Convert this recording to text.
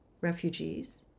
refugees